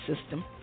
system